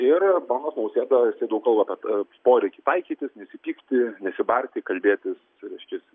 ir ponas nausėda jisai daug kalba kad poreikį taikytis nesipykti nesibarti kalbėtis reiškias